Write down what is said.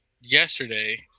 yesterday